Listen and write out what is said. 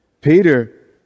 Peter